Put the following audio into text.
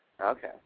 okay